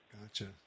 Gotcha